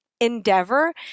endeavor